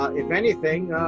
if anything,